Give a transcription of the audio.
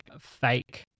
fake